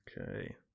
Okay